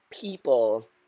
people